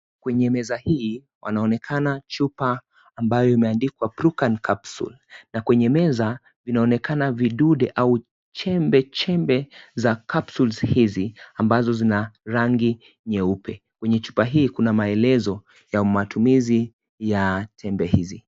Kwenye meza hii, wanaonekana chupa ambayo imeandikwa brokan capsule. Na kwenye meza, vinaonekana vidude au chembe-chembe za capsules hizi ambazo zina rangi nyeupe. Kwenye chupa hii, kuna maelezo ya matumizi ya tembe hizi.